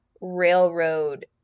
railroad